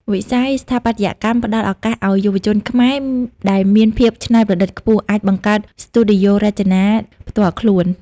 វិស័យស្ថាបត្យកម្មផ្ដល់ឱកាសឱ្យយុវជនខ្មែរដែលមានភាពច្នៃប្រឌិតខ្ពស់ អាចបង្កើតស្ទូឌីយោរចនា (Design Studio) ផ្ទាល់ខ្លួន។